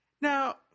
now